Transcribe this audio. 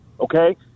okay